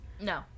No